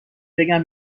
بگم